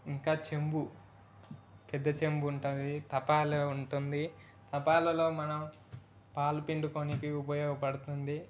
ఇంకా చెంబు పెద్ద చెంబు ఉంటుంది తపాలే ఉంటుంది తపాలలో మనం పాలు పిండుకోడానికి ఉపయోగపడుతుంది